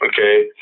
okay